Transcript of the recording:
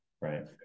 right